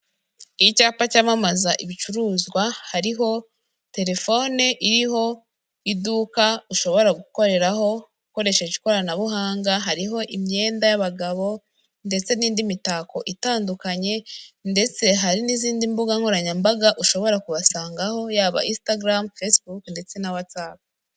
Icyapa cyamamaza ibicuruzwa hariho telefone iriho iduka ushobora gukoreho ukoresheje ikoranabuhanga, hariho imyenda y'abagabo ndetse n'indi mitako itandukanye ndetse hari n'izindi mbuga nkoranyambaga ushobora kubasangaho yaba instagram, facebook ndetse na whatsapp.